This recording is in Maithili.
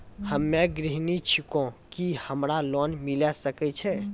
हम्मे गृहिणी छिकौं, की हमरा लोन मिले सकय छै?